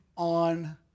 On